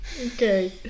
Okay